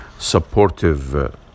supportive